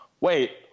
Wait